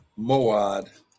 Moad